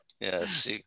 Yes